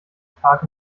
tag